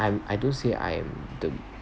I'm I don't say I am the